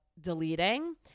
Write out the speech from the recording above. deleting